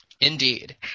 Indeed